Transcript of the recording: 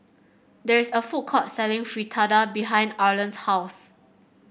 there is a food court selling Fritada behind Arland's house